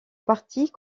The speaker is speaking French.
partie